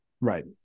Right